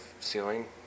ceiling